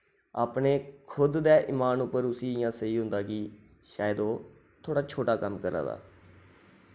अपने खुद दे ईमान उप्पर उसी इ'यां सेही होंदा कि शायद ओह्' थोह्ड़ा छोटा कम्म करा दा